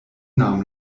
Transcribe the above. nahm